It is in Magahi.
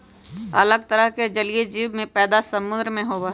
अलग तरह के जलीय जीव के पैदा समुद्र में होबा हई